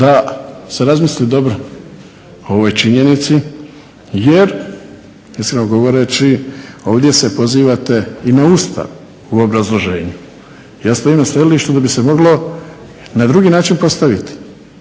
da se razmisli dobro o ovoj činjenici jer iskreno govoreći ovdje se pozivate na Ustav u obrazloženju. Ja stojim na stajalištu da bi se moglo na drugi način postaviti,